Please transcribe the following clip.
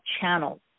channels